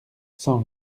cent